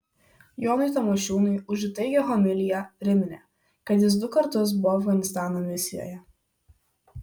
jonui tamošiūnui už įtaigią homiliją priminė kad jis du kartus buvo afganistano misijoje